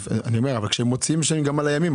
אבל הם משלמים על הימים.